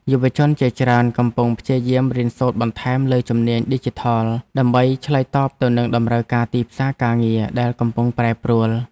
យុវជនជាច្រើនកំពុងព្យាយាមរៀនសូត្របន្ថែមលើជំនាញឌីជីថល ដើម្បីឆ្លើយតបទៅនឹងតម្រូវការទីផ្សារការងារដែលកំពុងប្រែប្រួល។